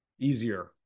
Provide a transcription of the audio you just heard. easier